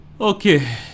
Okay